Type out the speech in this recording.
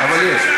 אבל יש.